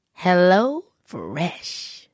HelloFresh